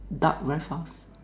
dark very fast